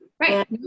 Right